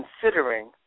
considering